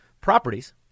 properties